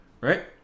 right